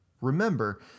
Remember